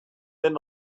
den